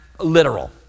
literal